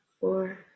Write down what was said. four